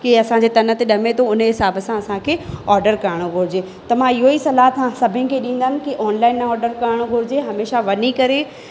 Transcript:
कि असांजे तन ते ॼमे थो उन हिसाब सां असांखे ऑडर करिणो घुरिजे त मां इहो ई सलाह तव्हां सभिनि खे ॾींदमि की ऑनलाइन न करिणो घुरिजे हमेशा वञी करे